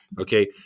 okay